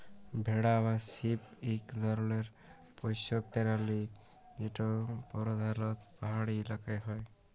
ভেড়া বা শিপ ইক ধরলের পশ্য পেরালি যেট পরধালত পাহাড়ি ইলাকায় হ্যয়